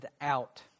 out